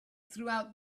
throughout